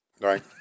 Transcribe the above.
Right